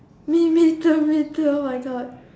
me me too me too oh my god